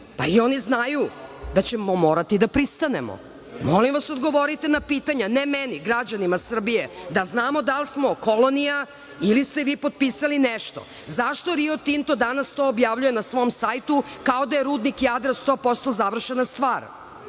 pa i oni znaju da ćemo morati da pristanemo? Molim vas odgovorite na pitanja ne meni, građanima Srbije, da znamo da li smo kolonija ili ste vi potpisali nešto.Zašto Rio Tinto danas to objavljuje na svom sajtu kao da je rudnik Jadar 100% završena stvar?